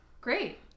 Great